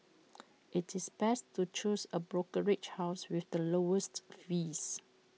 IT is best to choose A brokerage house with the lowest fees